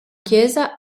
chiesa